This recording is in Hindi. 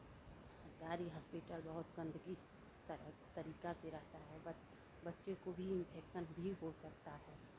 सरकारी हॉस्पिटल बहुत गंदगी तरीका से रहता है बच्चे को भी इंफेक्शन भी हो सकता है